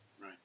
Right